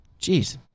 Jeez